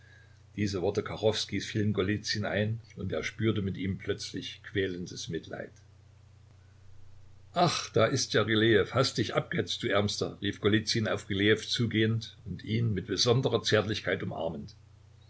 diese worte kachowskijs fielen golizyn ein und er spürte mit ihm plötzlich quälendes mitleid ach da ist ja rylejew hast dich abgehetzt du ärmster rief golizyn auf rylejew zugehend und ihn mit besonderer zärtlichkeit umarmend